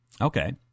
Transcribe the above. Okay